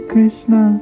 Krishna